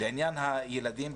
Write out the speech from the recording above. לעניין הילדים,